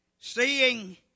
Seeing